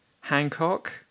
Hancock